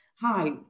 hi